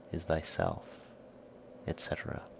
is thyself etc.